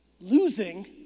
Losing